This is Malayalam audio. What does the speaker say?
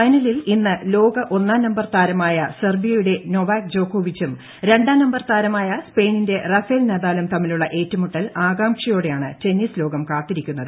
ഫൈനലിൽ ഇന്ന് ലോക ഒന്നാം നമ്പർ താരമായ സെർബിയയുടെ നൊവാക് ജോക്കോവിച്ചും രണ്ടാം നമ്പർ താരമായ സ്പെയിനിന്റെ റാഫേൽ നദാലും തമ്മിലുള്ള ഏറ്റുമുട്ടൽ ആകാംക്ഷയോടെയാണ് ടെന്നീസ് ലോകം കാത്തിരിക്കുന്നത്